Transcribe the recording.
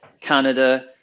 Canada